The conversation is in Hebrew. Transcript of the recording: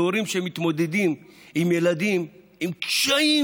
להורים שמתמודדים עם ילדים עם קשיים